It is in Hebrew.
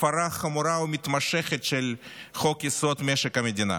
הפרה חמורה ומתמשכת של חוק-יסוד: משק המדינה.